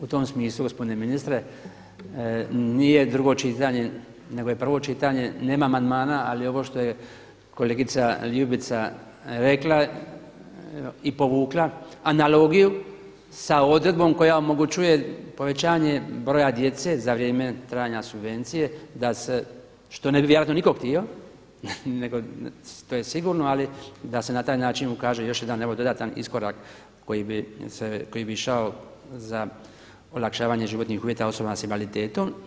U tom smislu gospodine ministre nije drugo čitanje nego je prvo čitanje, nema amandmana, ali ovo što je kolegica Ljubica rekla i povukla analogiju sa odredbom koja omogućuje povećanje broja djece za vrijeme trajanja subvencije, što ne bi vjerojatno nitko htio nego to je sigurno, ali da se na taj način ukaže još jedan dodatan iskorak koji bi išao za olakšavanje životnih uvjeta osobama s invaliditetom.